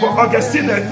Augustine